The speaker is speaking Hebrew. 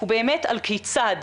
הוא באמת על כיצד,